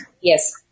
Yes